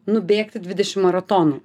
nubėgti dvidešim maratonų